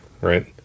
right